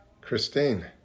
Christine